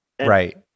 Right